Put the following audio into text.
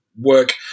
work